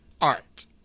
art